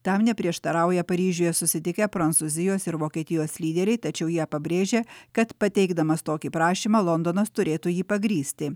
tam neprieštarauja paryžiuje susitikę prancūzijos ir vokietijos lyderiai tačiau jie pabrėžia kad pateikdamas tokį prašymą londonas turėtų jį pagrįsti